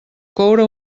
coure